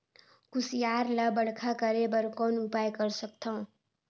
कुसियार ल बड़खा करे बर कौन उपाय कर सकथव?